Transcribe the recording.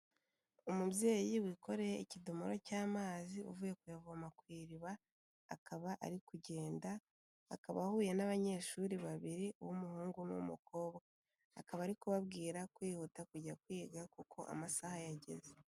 Umubyeyi wikoreye ikidomoro cy'amazi uvuye kuyavoma ku iriba, akaba ari kugenda, akaba ahuye n'abanyeshuri babiri, uw'umuhungu n'uw'umukobwa. Akaba ari kubabwira kwihuta kujya kwiga kuko amasaha yageze.